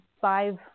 five